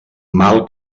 mal